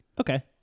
Okay